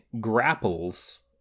grapples